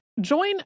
Join